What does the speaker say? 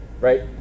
Right